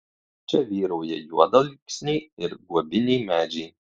čia vyrauja juodalksniai ir guobiniai medžiai